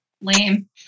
Lame